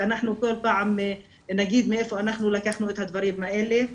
אנחנו כל פעם נגיד מאיפה לקחנו את הדברים האלה.